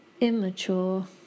immature